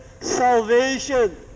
salvation